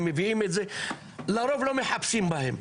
הם מביאים את זה ולרוב לא מחפשים בהם.